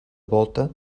volta